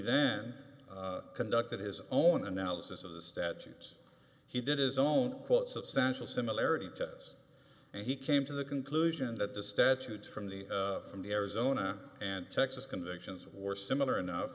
then conducted his own analysis of the statutes he did his own quote substantial similarity to us and he came to the conclusion that the statute from the from the arizona and texas convictions were similar enough